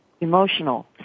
emotional